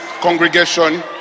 congregation